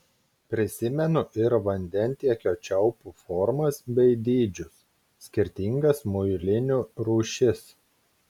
prisimenu ir vandentiekio čiaupų formas bei dydžius skirtingas muilinių rūšis